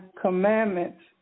commandments